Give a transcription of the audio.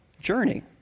journey